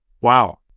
Wow